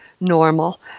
normal